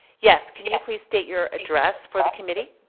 yes, can you please state your address for the committee?